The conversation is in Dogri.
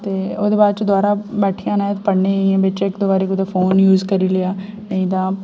ते ओह्दे बाद च दोबारै बैठी जाना ऐ पढ़ने ई ते इ'यां बिच्च इक दो बारी कुदै फोन यूज करी लेआ नेईं तां